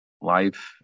life